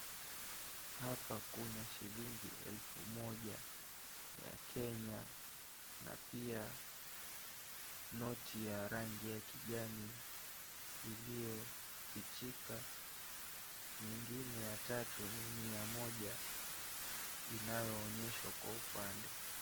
Hapa kuna shilingi elfu moja ya Kenya na pia noti ya rangi ya kijani iliyofichika. Nyingine ya tatu ni mia moja inayoonyeshwa kwa upande.